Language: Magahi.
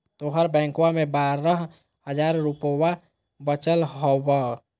तोहर बैंकवा मे बारह हज़ार रूपयवा वचल हवब